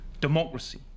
democracy